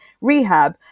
rehab